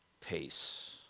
pace